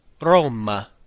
Roma